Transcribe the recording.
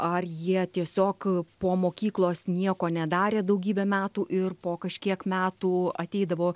ar jie tiesiog po mokyklos nieko nedarė daugybę metų ir po kažkiek metų ateidavo